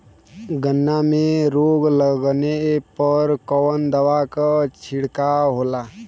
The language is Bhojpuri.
गन्ना में रोग लगले पर कवन दवा के छिड़काव होला?